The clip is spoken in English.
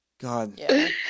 God